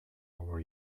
our